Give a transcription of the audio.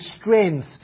strength